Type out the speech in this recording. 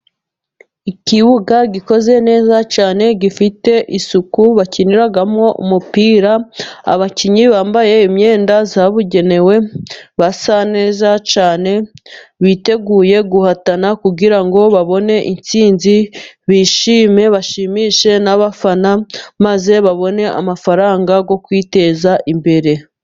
Ikibuga gikoze neza cyane gifite isuku, bakiniramo umupira. Abakinnyi bambaye imyenda yabugenewe basa neza cyane, biteguye guhatana kugira ngo babone intsinzi, bishime bashimishe n'abafana maze babone amafaranga yo kwiteza imbere.